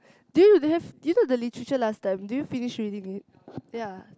dude they have do you know the literature last time did you finish reading it ya